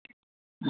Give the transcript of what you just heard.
हाँ